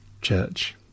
Church